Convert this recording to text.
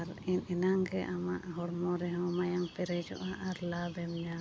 ᱟᱨ ᱤᱱ ᱤᱱᱟᱝ ᱜᱮ ᱟᱢᱟᱜ ᱦᱚᱲᱢᱚ ᱨᱮᱦᱚᱸ ᱢᱟᱭᱟᱢ ᱯᱮᱨᱮᱡᱚᱜᱼᱟ ᱟᱨ ᱞᱟᱵᱽ ᱮᱢ ᱧᱟᱢᱟ